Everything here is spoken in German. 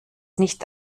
nicht